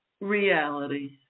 reality